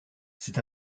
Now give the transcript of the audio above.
c’est